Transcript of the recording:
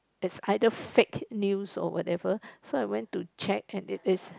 is either fake news or whatever so I went to check and it is